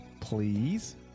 please